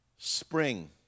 spring